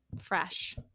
fresh